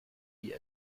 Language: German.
die